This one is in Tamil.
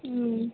ம்